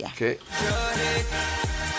Okay